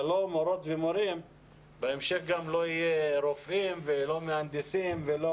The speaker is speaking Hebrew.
ללא מורות ומורים בהמשך גם לא יהיו רופאים ולא מהנדסים ולא